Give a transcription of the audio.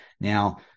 Now